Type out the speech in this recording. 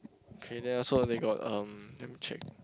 okay then also they got um let me check